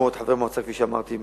כפי שאמרתי,